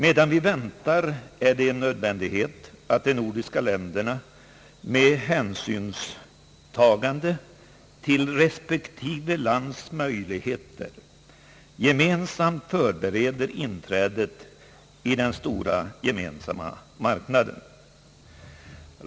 Medan vi väntar är det en nödvändighet att de nordiska länderna med hänsynstagande till respektive lands möjligheter gemensamt förbereder inträdet i den stora gemensamma marknaden.